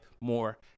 more